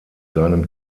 seinem